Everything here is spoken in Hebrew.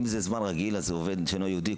אם זה זמן רגיל אז עובד שאינו יהודי,